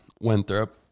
Winthrop